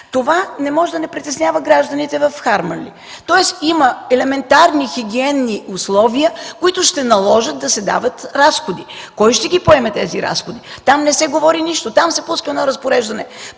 това не може да не притеснява гражданите в Харманли. Има елементарни хигиенни условия, които ще наложат да се правят разходи. Кой ще поеме тези разходи? Там не се говори нищо. Там се пуска едно разпореждане